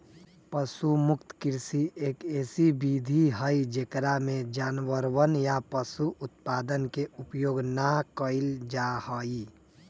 पशु मुक्त कृषि, एक ऐसी विधि हई जेकरा में जानवरवन या पशु उत्पादन के उपयोग ना कइल जाहई